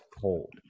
cold